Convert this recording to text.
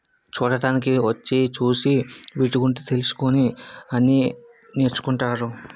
చూడటానికి వచ్చి చూసి వీటి గురించి తెలుసుకొని అని నేర్చుకుంటారు